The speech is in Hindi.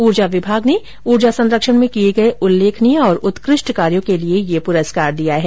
ऊर्जा विभाग ने ऊर्जा संरक्षण में किए गए उल्लेखनीय और उत्कृष्ट कार्यों के लिए ये पुरस्कार दिया है